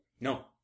No